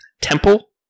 temple